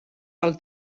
del